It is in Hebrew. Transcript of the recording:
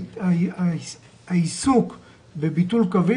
--- המדינה מתערבת כי המדינה היא שמפעילה תחבורה ציבורית בישראל.